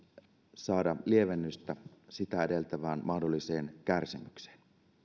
saada lievennystä sitä edeltävään mahdolliseen kärsimykseen